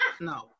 No